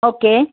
okay